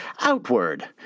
outward